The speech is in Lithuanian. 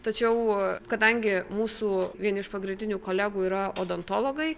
tačiau kadangi mūsų vieni iš pagrindinių kolegų yra odontologai